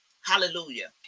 Hallelujah